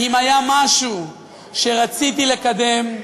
אם היה משהו שרציתי לקדם,